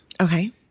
Okay